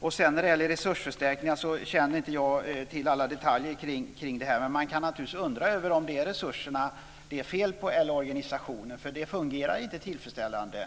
När det gäller resursförstärkningar känner jag inte till alla detaljer kring detta. Men man kan naturligtvis undra om det är resurserna det är fel på eller organisationen, för det fungerar inte tillfredsställande.